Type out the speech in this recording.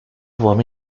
fama